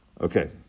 Okay